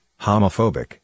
homophobic